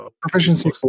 Proficiency